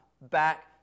back